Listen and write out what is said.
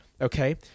Okay